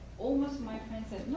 almost my friends said,